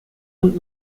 und